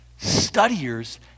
studiers